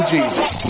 Jesus